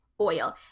oil